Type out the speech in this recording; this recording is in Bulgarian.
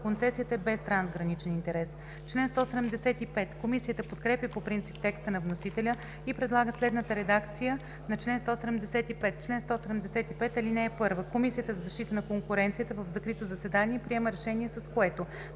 концесията е без трансграничен интерес.“ Комисията подкрепя по принцип текста на вносителя и предлага следната редакция на чл. 175: „Чл. 175. (1) Комисията за защита на конкуренцията в закрито заседание приема решение, с което: